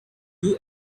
you